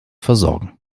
versorgen